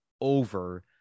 over